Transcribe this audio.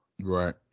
Right